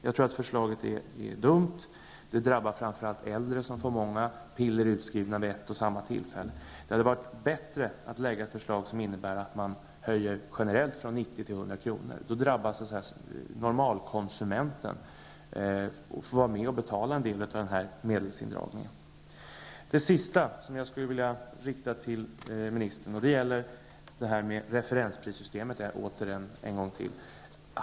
Jag tycker förslaget är dumt. Det drabbar framför allt äldre som får många piller utskrivna vid ett och samma tillfälle. Det hade varit bättre med ett förslag att generellt höja från 90 till 100 kr. Då drabbas också normalkonsumenten som får vara med och betala en del av denna medelsindragning. Det sista jag skulle vilja kommentera gäller referensprissystemet.